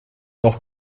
noch